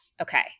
Okay